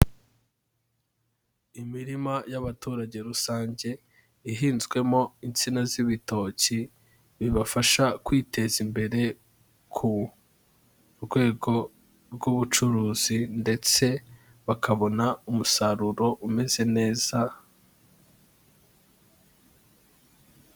Imirima y'abaturage rusange, ihinzwemo insina z'ibitoki, bibafasha kwiteza imbere, ku rwego rw'ubucuruzi ndetse bakabona umusaruro umeze neza.